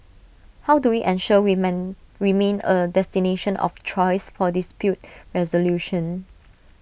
how do we ensure we men remain A destination of choice for dispute resolution